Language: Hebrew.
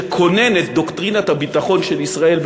שכונן את דוקטרינת הביטחון של ישראל,